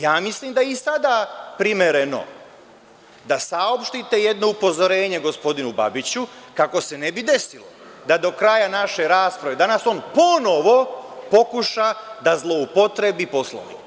Ja mislim da je i sada primereno da saopštite jedno upozorenje gospodinu Babiću kako se ne bi desilo da do kraja naše rasprave danas on ponovo pokuša da zloupotrebi Poslovnik.